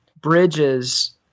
bridges